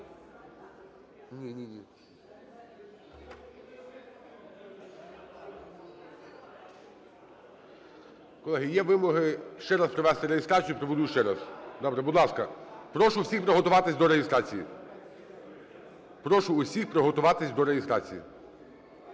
Колеги, є вимоги ще раз провести реєстрацію. Проведу ще раз, добре. Будь ласка, прошу всіх приготуватись до реєстрації. Прошу всіх приготуватись до реєстрації.